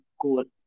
good